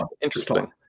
interesting